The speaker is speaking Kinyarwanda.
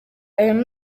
ayo